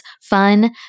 fun